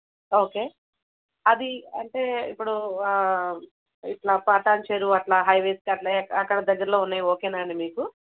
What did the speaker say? okay అది అంటే ఇప్పుడు ఇట్లా పాటాన్ చెరువు అట్లా హైవేస్కట్లా అక్కడ దగ్గర్లో ఉన్నయి ఓకేనా అండి మీకు